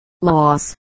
loss